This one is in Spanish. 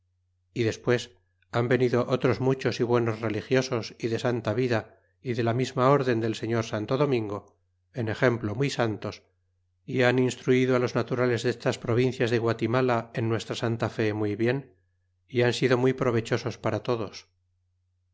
pasáron despues han venido otros muchos y buenos religiosos y de santa vida y de la misma orden del señor santo domingo en exemplo muy santos é han instruido los naturales destas provincias de guatimala en nuestra santa fé muy bien é han sido muy provechosos para todos